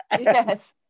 Yes